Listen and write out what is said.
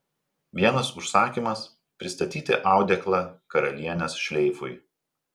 vienas užsakymas pristatyti audeklą karalienės šleifui